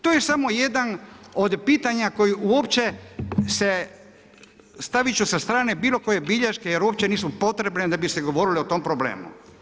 To je samo jedan od pitanja koji uopće se stavit ću sa strane bilo koje bilješke jer uopće nisu potrebne da bi se govorilo o tom problemu.